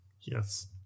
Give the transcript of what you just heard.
Yes